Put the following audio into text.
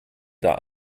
that